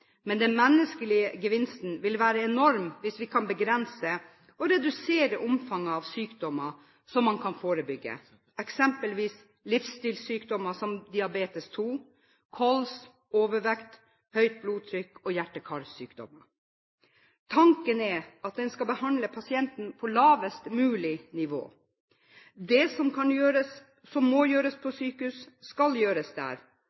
men den menneskelige gevinsten vil være enorm hvis vi kan begrense og redusere omfanget av sykdommer som man kan forebygge, eksempelvis livsstilssykdommer som diabetes 2, KOLS, overvekt, høyt blodtrykk og hjerte- og karsykdommer. Tanken er at man skal behandle pasienten på lavest mulig nivå. Det som må gjøres på sykehus, skal gjøres der,